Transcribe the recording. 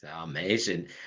Amazing